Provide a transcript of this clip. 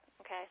Okay